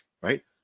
right